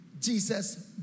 Jesus